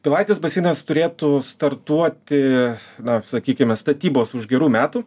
pilaitės baseinas turėtų startuoti na sakykime statybos už gerų metų